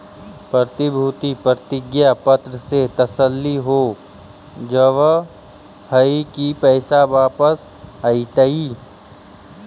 प्रतिभूति प्रतिज्ञा पत्र से तसल्ली हो जावअ हई की पैसा वापस अइतइ